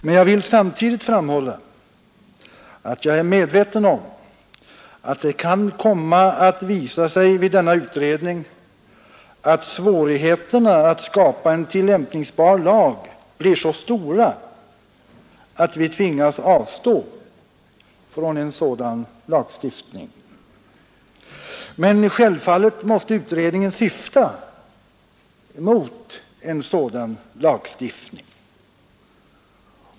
Men jag vill samtidigt framhålla, att jag är medveten om att det vid denna utredning kan komma att visa sig att svårigheterna att skapa en tillämpningsbar lag blir så stora att vi tvingas avstå från att lagstifta. Självfallet måste emellertid utredningen syfta mot en sådan lagstiftning.